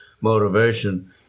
motivation